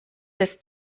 des